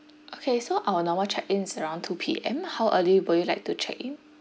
okay so our normal check-in is around two P_M how early would you like to check in